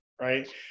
right